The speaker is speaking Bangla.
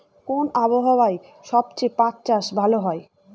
কোন আবহাওয়ায় সবচেয়ে পাট চাষ ভালো হয়?